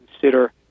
consider